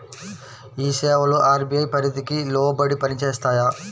ఈ సేవలు అర్.బీ.ఐ పరిధికి లోబడి పని చేస్తాయా?